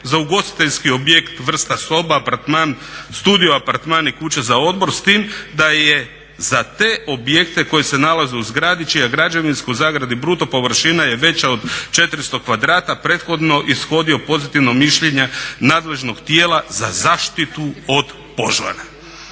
za ugostiteljski objekt vrsta soba, apartman, studio apartman i kuća za odmor s time da je za te objekte koji se nalaze u zgradi čija građevinsko (bruto) površina je veća od 400 kvadrata prethodno ishodio pozitivno mišljenje nadležnog tijela za zaštitu od požara.